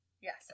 Yes